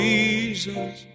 Jesus